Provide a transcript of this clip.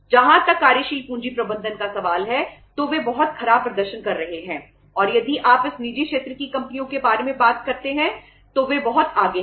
जहां तक कार्यशील पूंजी प्रबंधन का सवाल है तो वे बहुत खराब प्रदर्शन कर रहे हैं और यदि आप इन निजी क्षेत्र की कंपनियों के बारे में बात करते हैं तो वे बहुत आगे हैं